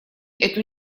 эту